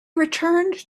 returned